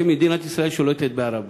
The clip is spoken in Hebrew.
שמדינת ישראל שולטת בהר-הבית.